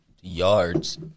Yards